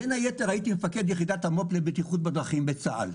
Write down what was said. בין היתר הייתי מפקד יחידת המו"פ לבטיחות בדרכים בצה"ל.